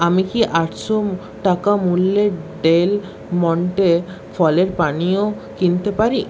আমি কি আটশো টাকা মূল্যের ডেলমন্টে ফলের পানীয় কিনতে পারি